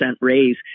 raise